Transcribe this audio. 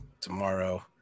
tomorrow